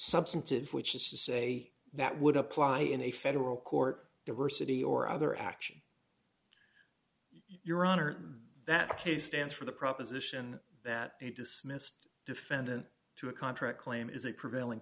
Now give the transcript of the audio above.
substantive which is to say that would apply in a federal court diversity or other action your honor that the case stands for the proposition that it dismissed defendant to a contract claim is a prevailing